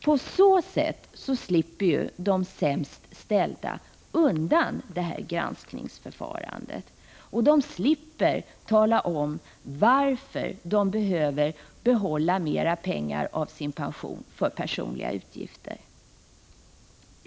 På så sätt slipper de sämst ställda undan granskningsförfarandet. Dessutom slipper de tala om varför de behöver behålla en större del av sin pension för personliga utgifter.